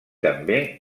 també